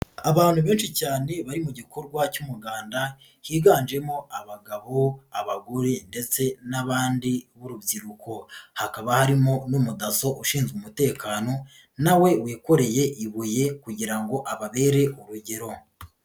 Abantu benshi cyane bari mu gikorwa cy'umuganda, higanjemo abagabo, abagore ndetse n'abandi b'urubyiruko. Hakaba harimo n'umudaso ushinzwe umutekano na we wikoreye ibuye kugira ngo ababere urugero.